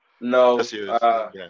No